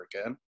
again